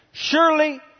Surely